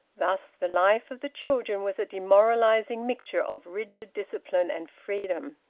thus the life of the children was a demoralising mixture of rigid discipline and freedom.